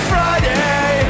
Friday